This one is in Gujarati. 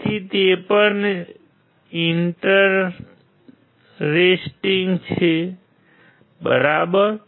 તેથી તે પણ ઇન્ટરેસ્ટિંગ છે બરાબર